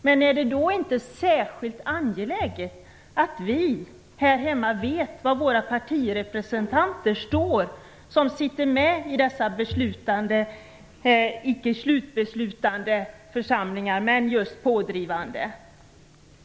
Men är det då inte särskilt angeläget att vi här hemma vet var våra partirepresentanter som sitter med i dessa icke-beslutande men just pådrivande församlingar står?